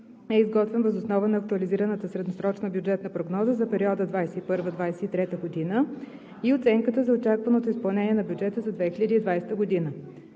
е изготвен въз основа на aктуализираната средносрочна бюджетна прогноза за периода 2021 – 2023 г. и оценката за очакваното изпълнение на бюджета за 2020 г.